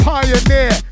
Pioneer